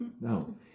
no